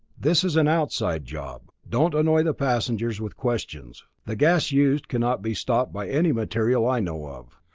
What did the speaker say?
this is an outside job. don't annoy the passengers with questions. the gas used cannot be stopped by any material i know of.